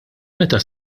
meta